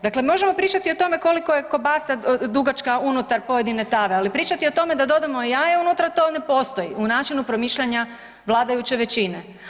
Dakle, možemo pričati o tome koliko je kobasa dugačka unutar pojedine tave, ali pričati o tome da dodamo jaje unutra to ne postoji u načinu promišljanja vladajuće većine.